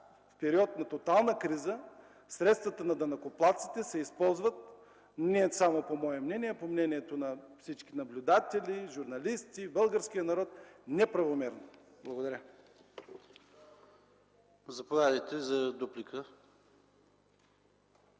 в период на тотална криза средствата на данъкоплатците се използват – не само по мое мнение, а и по мнението на всички наблюдатели, журналисти, българския народ – неправомерно. Благодаря. ПРЕДСЕДАТЕЛ ПАВЕЛ